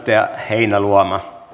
arvoisa puhemies